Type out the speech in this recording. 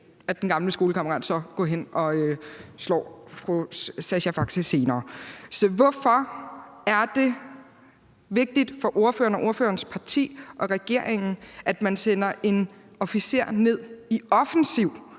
at den gamle skolekammerat går hen og slår fru Sascha Faxe senere. Så hvorfor er det vigtigt for ordføreren, ordførerens parti og regeringen, at man sender en officer ned i offensiv